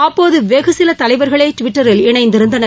அப்போது வெகு சில தலைவர்களே டுவிட்டரில் இணைந்திருந்தனர்